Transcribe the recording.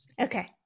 Okay